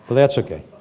that's okay.